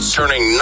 turning